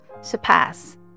surpass